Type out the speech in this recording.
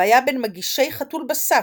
והיה בין מגישי "חתול בשק",